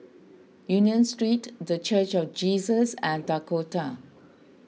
Union Street the Church of Jesus and Dakota